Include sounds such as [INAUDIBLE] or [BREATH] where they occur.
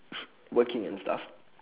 [BREATH] working and stuff